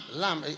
lamb